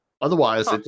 Otherwise